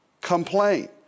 complain